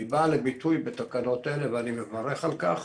היא באה לביטוי בתקנות אלה ואני מברך על כך.